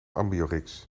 ambiorix